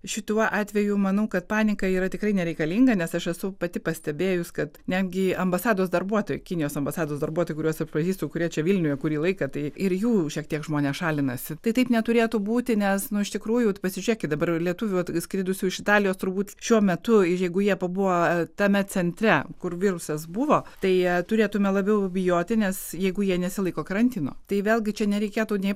šituo atveju manau kad panika yra tikrai nereikalinga nes aš esu pati pastebėjus kad netgi ambasados darbuotojai kinijos ambasados darbuotojai kuriuos aš pažįstu kurie čia vilniuje kurį laiką tai ir jų šiek tiek žmonės šalinasi tai taip neturėtų būti nes nu iš tikrųjų pasižiūrėkit dabar lietuvių atskridusių iš italijos turbūt šiuo metu ir jeigu jie pabuvo tame centre kur virusas buvo tai turėtume labiau bijoti nes jeigu jie nesilaiko karantino tai vėlgi čia nereikėtų nei